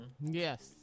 Yes